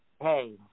Hey